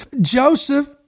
joseph